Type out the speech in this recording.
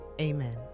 Amen